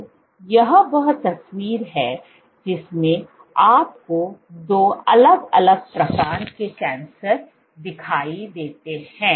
तो यह वह तस्वीर है जिसमें आपको दो अलग अलग प्रकार के कैंसर दिखाई देते हैं